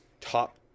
top